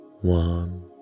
One